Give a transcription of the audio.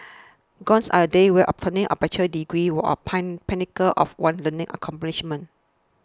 gones are the days when obtaining a bachelor's degree was pinnacle of one's learning accomplishments